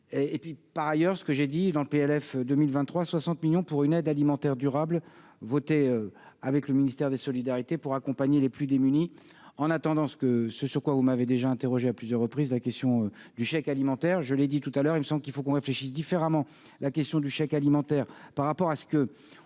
et puis par ailleurs, ce que j'ai dit dans le PLF 2023 60 millions pour une aide alimentaire durable voter avec le ministère des solidarités pour accompagner les plus démunis en attendant ce que ce soit, quoi, vous m'avez déjà interrogé à plusieurs reprises la question du chèque alimentaire, je l'ai dit tout à l'heure, il me semble qu'il faut qu'on réfléchisse différemment la question du chèque alimentaire par rapport à ce que